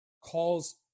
calls